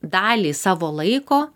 dalį savo laiko